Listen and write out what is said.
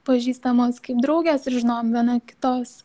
pažįstamos kaip draugės ir žinojom viena kitos